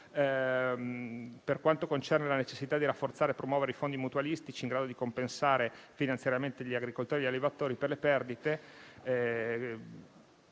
Per quanto concerne la necessità di rafforzare e promuovere i fondi mutualistici in grado di compensare finanziariamente gli agricoltori e gli allevatori per le perdite,